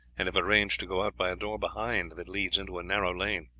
and have arranged to go out by a door behind, that leads into a narrow lane.